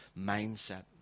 mindset